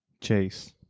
Chase